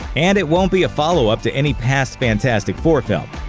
and it won't be a follow-up to any past fantastic four film.